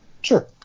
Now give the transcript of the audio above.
Sure